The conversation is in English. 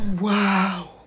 Wow